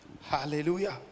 hallelujah